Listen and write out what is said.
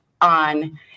on